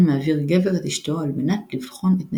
מעביר גבר את אשתו על מנת לבחון את נאמנותה.